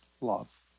love